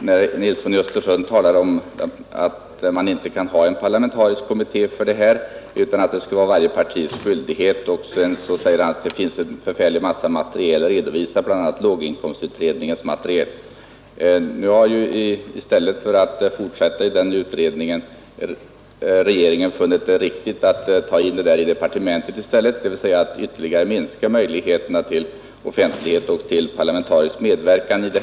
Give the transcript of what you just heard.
Herr talman! Herr Nilsson i Östersund säger att man inte kan ha en parlamentarisk kommitté för detta ändamål utan att det är varje partis uppgift att självt utforma sitt jämlikhetsprogram. Sedan säger han att ett mycket stort material har redovisats, bl.a. låginkomstutredningens. I stället för att fortsätta denna utredning har regeringen funnit det vara riktigt att låta departementet överta saken, dvs. den har vidtagit en ytterligare minskning av möjligheterna till offentlighet och parlamentarisk medverkan.